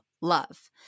love